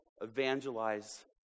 evangelize